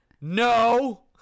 No